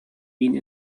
been